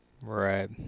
right